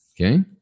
okay